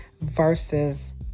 versus